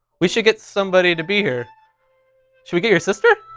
we should get somebody to be here. should we get your sister?